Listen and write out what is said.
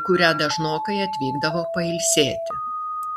į kurią dažnokai atvykdavo pailsėti